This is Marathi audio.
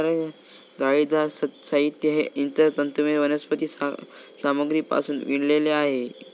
जाळीदार साहित्य हे इतर तंतुमय वनस्पती सामग्रीपासून विणलेले आहे